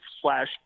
slash